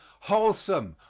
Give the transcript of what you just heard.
wholesome,